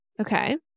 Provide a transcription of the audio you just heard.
okay